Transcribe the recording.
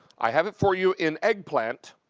i have it for you in eggplant.